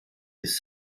des